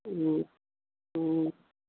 হুম হুম